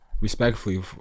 respectfully